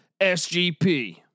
SGP